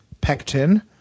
pectin